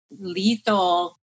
lethal